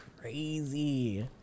crazy